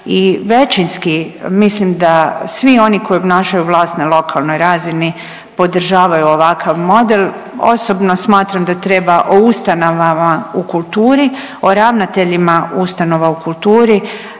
većinski mislim da svi oni koji obnašaju vlast na lokalnoj razini podržavaju ovakav model. Osobno smatram da treba o ustanovama u kulturi, o ravnateljima ustanova o kulturi